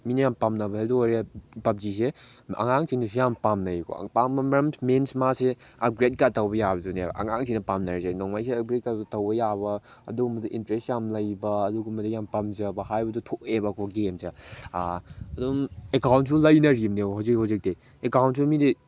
ꯃꯤꯅ ꯌꯥꯝ ꯄꯥꯝꯅꯕ ꯍꯥꯏꯕꯗꯨ ꯑꯣꯏꯔꯦ ꯄꯞꯖꯤꯁꯦ ꯑꯉꯥꯡꯁꯤꯡꯅꯁꯨ ꯌꯥꯝ ꯄꯥꯝꯅꯩꯀꯣ ꯄꯥꯝꯕ ꯃꯔꯝ ꯃꯤꯟꯁ ꯃꯥꯁꯦ ꯑꯞꯒ꯭ꯔꯦꯠꯀ ꯇꯧꯕ ꯌꯥꯕꯗꯨꯅꯦꯕ ꯑꯉꯥꯡꯁꯤꯡꯅ ꯄꯥꯝꯅꯔꯤꯁꯦ ꯅꯣꯡꯃꯩꯁꯦ ꯑꯞꯒ꯭ꯔꯦꯠꯀꯁꯨ ꯇꯧꯕ ꯌꯥꯕ ꯑꯗꯨꯒꯨꯝꯕꯗꯣ ꯏꯟꯇꯔꯦꯁ ꯌꯥꯝ ꯂꯩꯕ ꯑꯗꯨꯒꯨꯝꯕꯗꯨ ꯌꯥꯝ ꯄꯥꯝꯖꯕ ꯍꯥꯏꯕꯗꯨ ꯊꯣꯛꯑꯦꯕꯀꯣ ꯒꯦꯝꯁꯦ ꯑꯗꯨꯝ ꯑꯦꯀꯥꯎꯟꯁꯨ ꯂꯩꯅꯔꯤꯝꯅꯦꯕ ꯍꯧꯖꯤꯛ ꯍꯧꯖꯤꯛꯇꯤ ꯑꯦꯛꯀꯥꯎꯟꯁꯨ ꯃꯤꯗꯤ